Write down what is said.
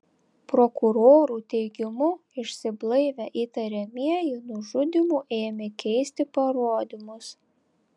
prokurorų teigimu išsiblaivę įtariamieji nužudymu ėmė keisti parodymus